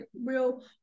real